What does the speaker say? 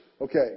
Okay